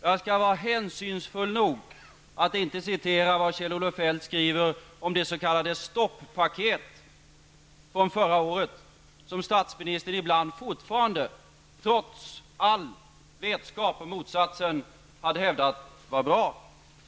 Jag skall vara hänsynsfull nog att inte citera vad Kjell-Olof Feldt skriver om det s.k. stoppaket från förra året som statsministern ibland fortfarande, trots all vetskap om motsatsen, hävdar var bra.